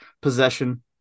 possession